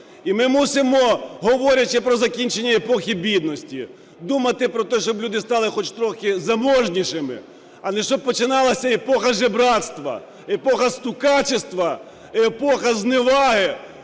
І ми мусимо, говорячи про закінчення епохи бідності, думати про те, щоб люди стали хоч трохи заможнішими, а не щоб починалася епоха жебрацтва, епоха стукачества і епоха зневаги